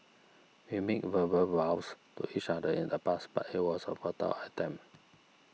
we made verbal vows to each other in the past but it was a futile attempt